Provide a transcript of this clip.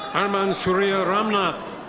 armand suriya ramnath.